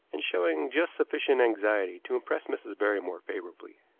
and showing just sufficient anxiety to impress mrs. barrymore favorably.